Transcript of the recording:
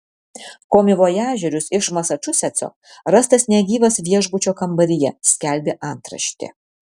komivojažierius iš masačusetso rastas negyvas viešbučio kambaryje skelbė antraštė